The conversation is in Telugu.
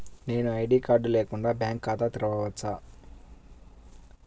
నేను ఐ.డీ కార్డు లేకుండా బ్యాంక్ ఖాతా తెరవచ్చా?